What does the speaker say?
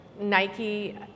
Nike